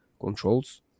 controls